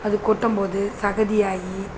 அது கொட்டும் போது சகதியாகி